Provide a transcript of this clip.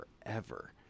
forever